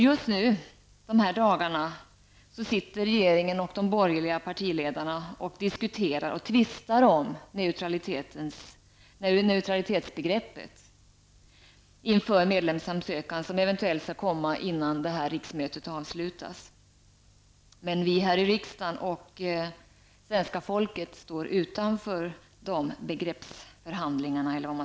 Just i dessa dagar sitter regeringen och de borgerliga partiledarna och diskuterar och tvistar om neutralitetsbegreppet, inför den medlemsansökan som eventuellt skall komma innan detta riksmöte avslutas. Men vi här i riksdagen och det svenska folket står utanför dessa förhandlingar.